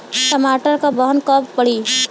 टमाटर क बहन कब पड़ी?